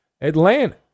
Atlanta